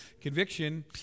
conviction